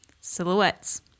Silhouettes